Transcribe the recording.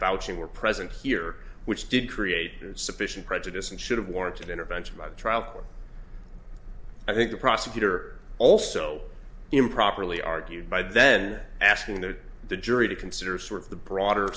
vouching were present here which did create sufficient prejudice and should have warranted intervention by the trial court i think the prosecutor also improperly argued by then asking that the jury to consider sort of the broader